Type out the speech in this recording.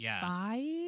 five